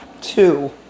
Two